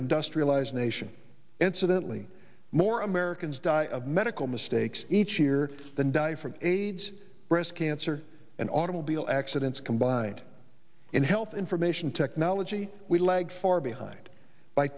industrialized nation incidentally more americans die of medical mistakes each year than die from aids breast cancer and automobile accidents combined in health information technology we lag far behind by